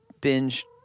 binge